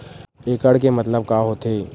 एकड़ के मतलब का होथे?